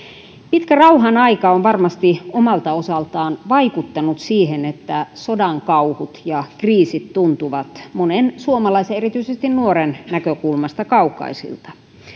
pitkä rauhanaika on varmasti omalta osaltaan vaikuttanut siihen että sodan kauhut ja kriisit tuntuvat monen suomalaisen erityisesti nuoren näkökulmasta kaukaisilta